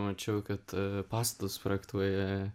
mačiau kad pastatus projektuoja